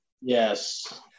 Yes